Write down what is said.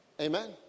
Amen